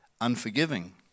unforgiving